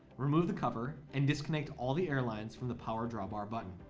remove the cover and disconnect all the air lines from the power drawbar button,